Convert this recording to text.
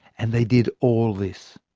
and they did all this,